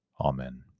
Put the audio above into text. Amen